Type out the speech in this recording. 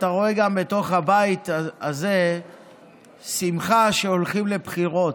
אתה רואה גם בתוך הבית הזה שמחה שהולכים לבחירות.